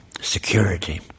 security